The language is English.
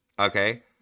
Okay